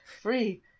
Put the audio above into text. free